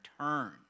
turn